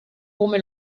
come